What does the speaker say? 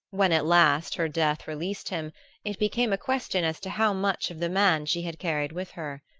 when at last her death released him it became a question as to how much of the man she had carried with her.